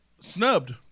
snubbed